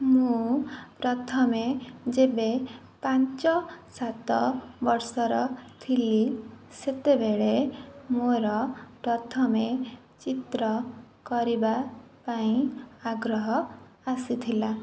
ମୁଁ ପ୍ରଥମେ ଯେବେ ପାଞ୍ଚ ସାତ ବର୍ଷର ଥିଲି ସେତେବେଳେ ମୋର ପ୍ରଥମେ ଚିତ୍ର କରିବା ପାଇଁ ଆଗ୍ରହ ଆସିଥିଲା